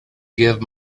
give